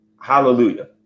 Hallelujah